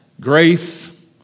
Grace